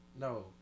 No